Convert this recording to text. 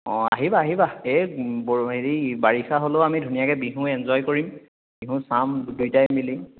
অ' আহিব আহিবা এই ব হেৰি বাৰিষা হ'লেও আমি ধুনীয়াকৈ বিহু এঞ্জয় কৰিম বিহু চাম দুইটাই মিলি